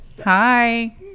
hi